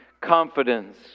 confidence